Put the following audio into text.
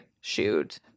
shoot